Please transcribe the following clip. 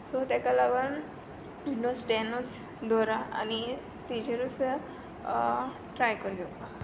so ताका लागून windows टॅनूच दवरा आनी ताजेरूच ट्राय कर घेवपाक